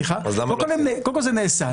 קודם כל זה נעשה.